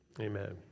amen